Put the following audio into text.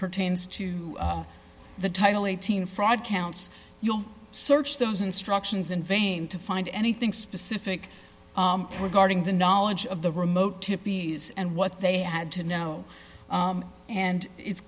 pertains to the title eighteen fraud counts you'll search those instructions in vain to find anything specific regarding the knowledge of the remote hippies and what they had to know and it's